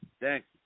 Thanks